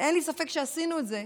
ואין לי ספק שעשינו את זה,